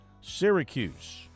Syracuse